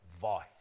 voice